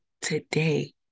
today